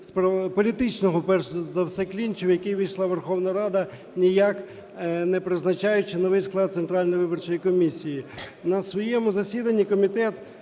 політичного перш за все клінчу, в який увійшла Верховна Рада, ніяк не призначаючи новий склад Центральної виборчої комісії. На своєму засіданні комітет